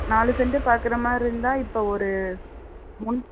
நாலு சென்ட்டு பார்க்குறமாரி இருந்தால் இப்போ ஒரு முன்